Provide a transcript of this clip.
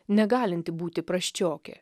negalinti būti prasčiokė